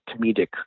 comedic